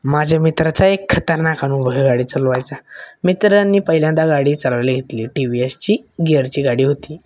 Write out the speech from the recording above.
माझ्या मित्राचा एक खतरनाक अनुभव आहे गाडी चालवायचा मित्रांनी पहिल्यांदा गाडी चालवायला घेतली टी वी एसची गियरची गाडी होती